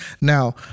Now